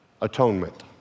Atonement